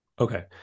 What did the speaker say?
Okay